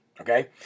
okay